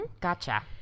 Gotcha